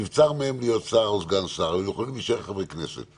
נבצר ממנו להיות שר או סגן שר אבל הם יכולים להישאר חברי כנסת,